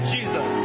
Jesus